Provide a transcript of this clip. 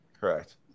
Correct